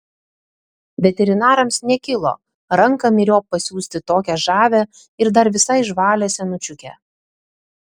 veterinarams nekilo ranką myriop pasiųsti tokią žavią ir dar visai žvalią senučiukę